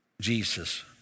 Jesus